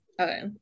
Okay